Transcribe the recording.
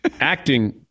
acting